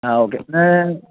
ആ ഒക്കെ